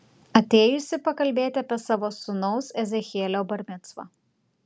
atėjusi pakalbėti apie savo sūnaus ezechielio bar micvą